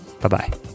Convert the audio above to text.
Bye-bye